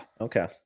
Okay